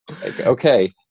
Okay